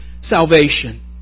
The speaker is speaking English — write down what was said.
salvation